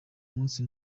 munsi